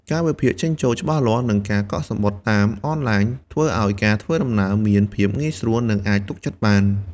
កាលវិភាគចេញ-ចូលច្បាស់លាស់ និងការកក់សំបុត្រតាមអនឡាញធ្វើឱ្យការធ្វើដំណើរមានភាពងាយស្រួល និងអាចទុកចិត្តបាន។